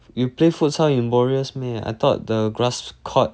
you play foot 穿 your warriors meh I thought the grass court